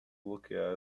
bloquear